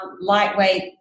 Lightweight